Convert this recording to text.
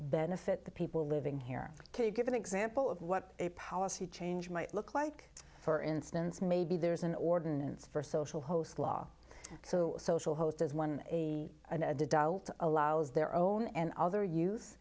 benefit the people living here can you give an example of what a policy change might look like for instance maybe there's an ordinance for social host law so social host as one adult it allows their own and other youth